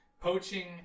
poaching